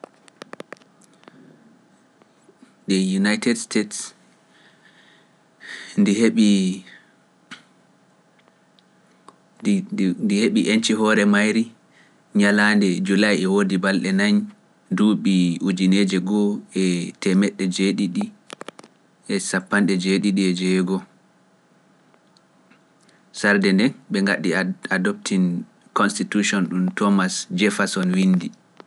Ndi United States ndi heɓii, ndi - ndi heɓii enci hoore mayri ñalaande Julay e woodi balɗe nayi duuɓi ujineeje go'o e teemeɗɗe jeeɗiɗi e sappanɗe jeeɗiɗi e jeego'o, sarde nden ɓe ngaɗi adopting constitution ɗum Thomas Jefferson winndi.